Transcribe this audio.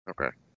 Okay